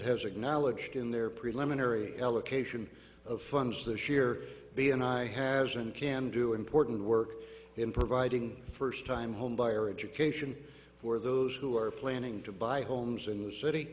has acknowledged in their preliminary allocation of funds this year b and i has and can do important work in providing first time home buyer education for those who are planning to buy homes in the city